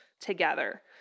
together